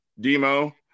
demo